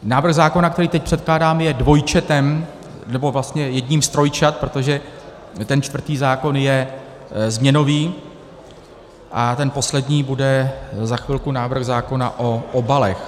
Návrh zákona, který teď předkládám, je dvojčetem, nebo vlastně jedním z trojčat, protože ten čtvrtý zákon je změnový a ten poslední bude za chvilku návrh zákona o obalech.